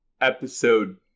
episode